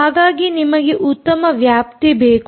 ಹಾಗಾಗಿ ನಿಮಗೆ ಉತ್ತಮ ವ್ಯಾಪ್ತಿ ಬೇಕು